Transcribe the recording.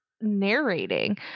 narrating